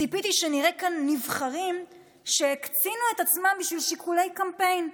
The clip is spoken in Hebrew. ציפיתי שנראה כאן נבחרים שהקצינו את עצמם בשל שיקולי קמפיין,